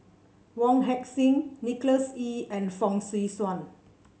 Wong Heck Sing Nicholas Ee and Fong Swee Suan